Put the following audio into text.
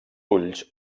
ulls